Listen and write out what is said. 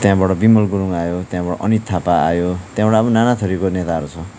त्यहाँबाट बिमल गुरूङ आयो त्यहाँबाट अनित थापा आयो त्यहाँबाट पनि नाना थरीको नेताहरू छ